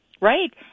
Right